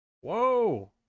Whoa